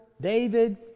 David